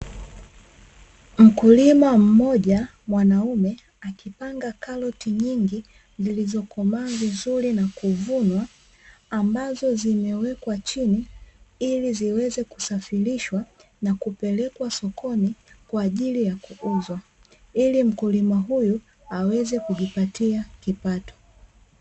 Mkulima mmoja mwanaume akipanga karoti nyingi zilizokomaa vizuri na kuvunwa ambazo zimewekwa chini iliziweze kusafirishwa na kupelekwa sokoni kwa ajili ya kuuzwa, ili mkulima huyu aweze kujipatatia kipato.